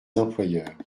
employeurs